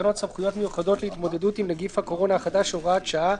תקנות סמכויות מיוחדות להתמודדות עם נגיף הקורונה החדש (הוראת שעה)